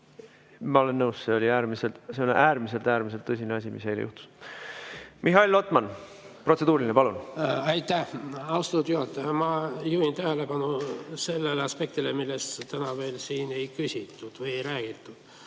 Ma olen nõus, see oli äärmiselt tõsine asi, mis eile juhtus. Mihhail Lotman, protseduuriline, palun! Aitäh, austatud juhataja! Ma juhin tähelepanu sellele aspektile, millest täna siin ei ole räägitud.